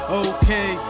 okay